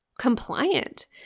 compliant